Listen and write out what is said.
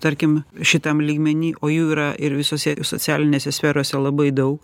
tarkim šitam lygmeny o jų yra ir visose socialinėse sferose labai daug